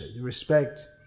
respect